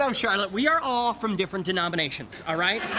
um charlotte we are all from different denominations, alright?